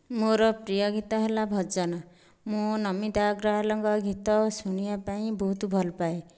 ମୋର ପ୍ରିୟ ଗୀତ ହେଲା ଭଜନ ମୁଁ ନମିତା ଅଗ୍ରୱାଲଙ୍କ ଗୀତ ଶୁଣିବା ପାଇଁ ବହୁତ ଭଲପାଏ